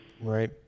Right